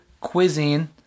cuisine